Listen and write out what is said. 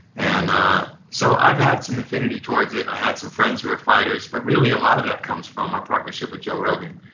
and so i've had some affinity toward it. i had some friends who were fighters, but really a lot of that comes from um my partnership with joe rogan,